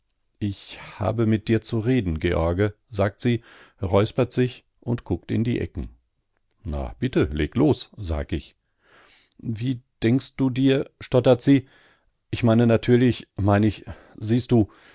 ich habe mit dir zu reden george sagt sie räuspert sich und guckt in die ecken na bitte leg los sag ich wie denkst du dir stottert sie ich meine natürlich mein ich siehst du